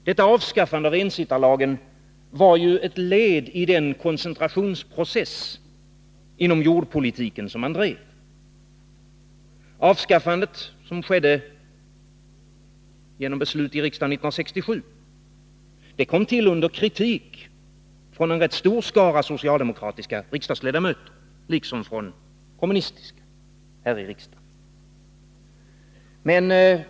Detta avskaffande var ju ett led i den koncentrationsprocess inom jordpolitiken som man drev. Avskaffandet, som skedde genom beslut i riksdagen 1967, kom till under kritik från en rätt stor skara socialdemokratiska riksdagsledamöter, liksom från kommunisterna här i riksdagen.